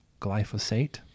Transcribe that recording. glyphosate